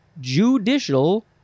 judicial